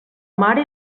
mare